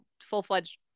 full-fledged